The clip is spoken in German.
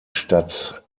stadt